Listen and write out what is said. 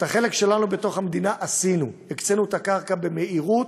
את החלק שלנו עשינו, הקצינו את הקרקע במהירות,